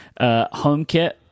HomeKit